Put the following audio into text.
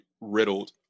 riddled